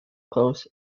close